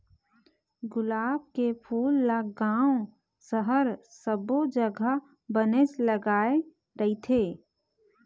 गुलाब के फूल ल गाँव, सहर सब्बो जघा बनेच लगाय रहिथे